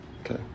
Okay